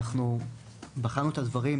אנחנו בחנו את הדברים,